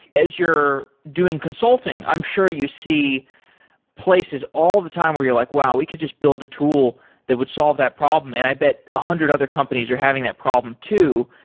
as you're doing consulting, i'm sure you see places all the time where you're like, wow! we could just build a tool that would solve that problem, and i bet a hundred other companies are having that problem too.